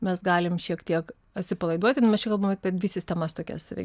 mes galim šiek tiek atsipalaiduoti nu mes čia kalbam apie dvi sistemas tokias